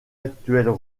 actuelles